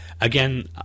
again